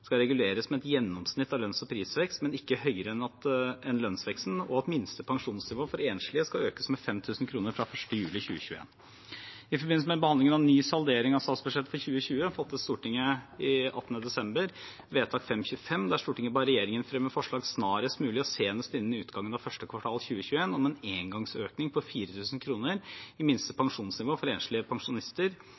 skal reguleres med et gjennomsnitt av lønns- og prisvekst, men ikke høyere enn lønnsveksten, og at minste pensjonsnivå for enslige skal økes med 5 000 kr fra 1. juli 2021. I forbindelse med behandlingen av ny saldering av statsbudsjettet for 2020 fattet Stortinget 18. desember 2020 vedtak 525, der Stortinget ba regjeringen fremme forslag snarest mulig og senest innen utgangen av 1. kvartal 2021 om en engangsøkning på 4 000 kr i minste pensjonsnivå for enslige pensjonister